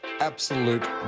Absolute